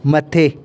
मथे